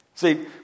See